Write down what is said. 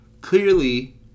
clearly